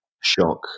shock